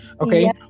okay